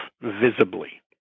visibly